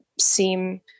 seem